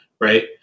right